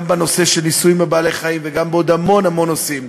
בנושא של ניסויים בבעלי-חיים ועוד המון המון נושאים.